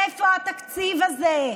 איפה התקציב הזה?